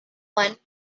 one